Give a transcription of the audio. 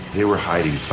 they were hiding so